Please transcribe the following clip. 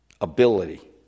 Ability